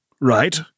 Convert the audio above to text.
right